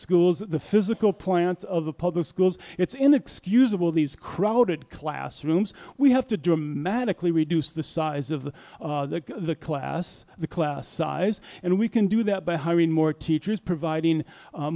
schools the physical plant of the public schools it's inexcusable these crowded classrooms we have to dramatically reduce the size of the class the class size and we can do that by hiring more teachers providing